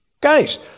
guys